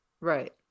Right